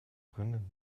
brennen